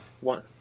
One